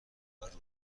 برابر